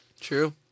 True